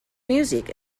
music